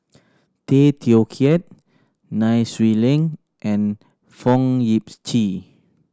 Tay Teow Kiat Nai Swee Leng and Fong Yip Chee